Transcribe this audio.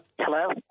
Hello